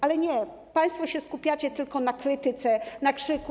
Ale nie, państwo skupiacie się tylko na krytyce, na krzyku.